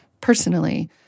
personally